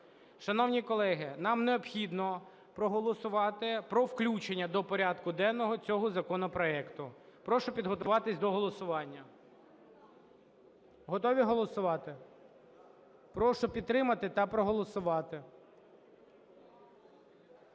Шановні колеги, нам необхідно проголосувати про включення до порядку денного цього законопроекту. Прошу підготуватись до голосування. Готові голосувати? Прошу підтримати та проголосувати.